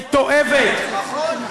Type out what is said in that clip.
מתועבת, נכון.